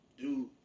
Dude